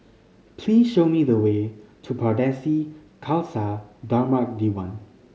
please show me the way to Pardesi Khalsa Dharmak Diwan